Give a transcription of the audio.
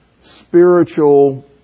spiritual